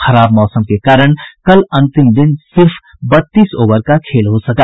खराब मौसम के कारण कल अंतिम दिन सिर्फ बत्तीस ओवर का खेल हो सका